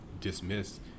dismiss